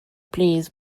please